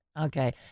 okay